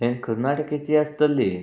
ಏನು ಕರ್ನಾಟಕ ಇತಿಹಾಸದಲ್ಲಿ